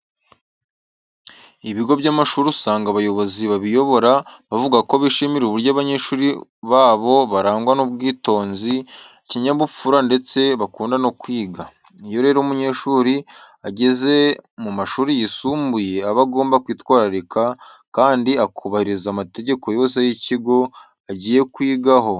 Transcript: Ibigo by'amashuri usanga abayobozi babiyobora bavuga ko bishimira uburyo abanyeshuri babo barangwa n'ubwitonzi, ikinyabupfura ndetse bakunda no kwiga. Iyo rero umunyeshuri ageze mu mashuri yisumbuye, aba agomba kwitwararika kandi akubahiriza amategeko yose y'ikigo agiye kwigaho.